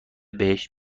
بهشت